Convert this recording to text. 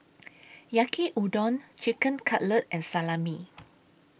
Yaki Udon Chicken Cutlet and Salami